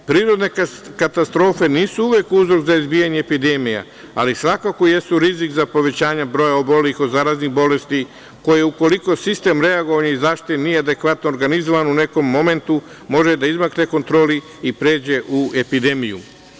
Prirodne katastrofe nisu uvek uzrok za izbijanje epidemija, ali svakako jesu rizik za povećanje broja obolelih od zaraznih bolesti koje, ukoliko sistem reagovanja i zaštite nije adekvatno organizovan, u nekom momentu može da izmakne kontroli i pređe u epidemiju.